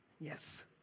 Yes